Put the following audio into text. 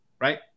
right